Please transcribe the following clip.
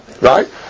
Right